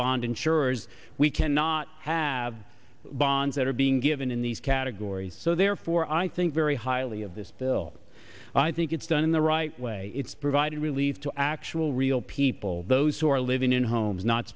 bond insurers we cannot have bonds that are being given in these categories so therefore i think very highly of this bill i think it's done in the right way it's providing relief to actual real people those who are living in homes not